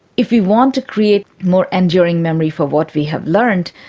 if we want to create more enduring memory for what we have learned,